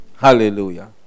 Hallelujah